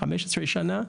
15 שנה,